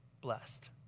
blessed